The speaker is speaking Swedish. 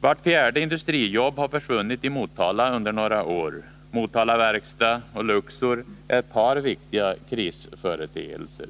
Vart fjärde industrijobb har försvunnit i Motala under några år. Motala Verkstad och Luxor är ett par viktiga krisföreteelser.